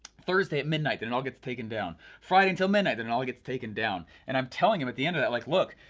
thursday at midnight, then it all gets taken down. friday and til midnight, then it all gets taken down. and i'm telling you, at the end of that, like look,